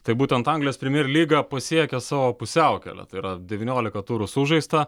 tai būtent anglijos premier lyga pasiekė savo pusiaukelę tai yra devyniolika turų sužaista